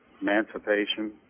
emancipation